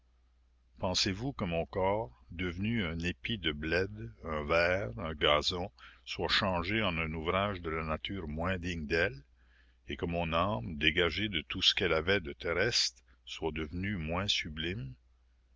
pensez-vous que mon corps devenu un épi de blé un ver un gazon soit changé en un ouvrage de la nature moins digne d'elle et que mon âme dégagée de tout ce qu'elle avoit de terrestre soit devenue moins sublime